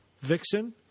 Vixen